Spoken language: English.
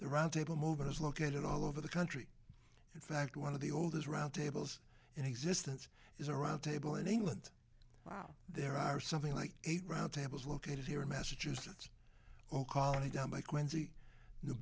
the round table movement is located all over the country in fact one of the oldest roundtables and existence is a round table in england wow there are something like eight round tables located here in massachusetts or colony down by quincy new